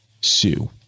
Sue